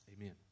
Amen